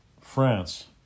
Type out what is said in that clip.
France